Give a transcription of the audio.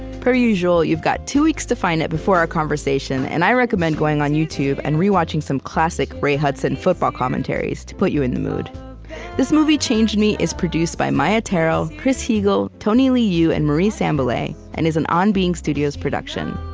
per usual, you've got two weeks to find it before our conversation. and i recommend going on youtube and rewatching some classic ray hudson football commentaries to put you in the mood this movie changed me is produced by maia tarrell, chris heagle, tony liu, and marie sambilay, and is an on being studios production.